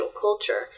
culture